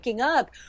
up